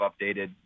updated